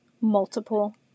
multiple